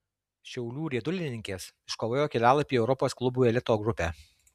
šiaulių riedulininkės iškovojo kelialapį į europos klubų elito grupę